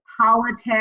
politics